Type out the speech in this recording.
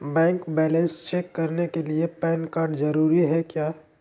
Bank balance check करने के लिए पैन कार्ड जरूरी है क्या?